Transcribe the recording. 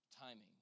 timing